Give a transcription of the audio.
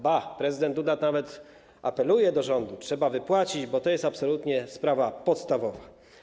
Ba, prezydent Duda nawet apeluje do rządu, że trzeba wypłacić, bo to jest absolutnie sprawa podstawowa.